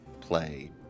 play